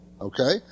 Okay